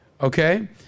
Okay